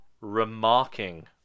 remarking